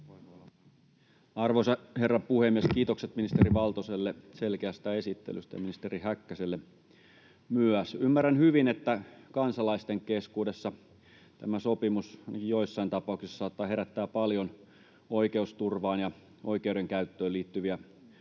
Arvoisa herra puhemies! Kiitokset ministeri Valtoselle selkeästä esittelystä ja ministeri Häkkäselle myös. Ymmärrän hyvin, että kansalaisten keskuudessa tämä sopimus joissain tapauksissa saattaa herättää paljon oikeusturvaan ja oikeudenkäyttöön liittyviä